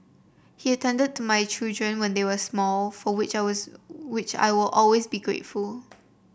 he attended to my children when they were small for which I was which I will always be grateful